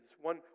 One